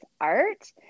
art